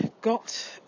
got